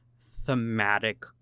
thematic